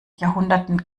jahrhunderten